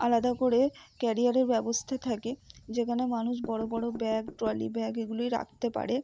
আলাদা করে ক্যারিয়ারের ব্যবস্থা থাকে যেখানে মানুষ বড় বড় ব্যাগ ট্রলি ব্যাগ এগুলি রাখতে পারে